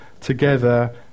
together